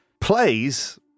plays